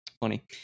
funny